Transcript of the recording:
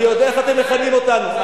אני יודע איך אתם מכנים אותנו.